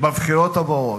בבחירות הבאות,